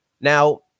Now